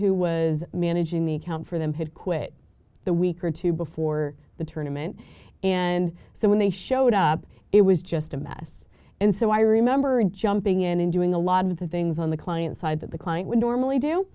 who was managing the account for them had quit the week or two before the tournament and so when they showed up it was just a mess and so i remember and jumping in and doing a lot of the things on the client side that the client would normally do